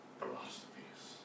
philosophies